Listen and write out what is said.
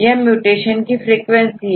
यह म्यूटेशन की फ्रीक्वेंसी है